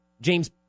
James